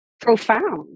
profound